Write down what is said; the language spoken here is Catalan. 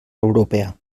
europea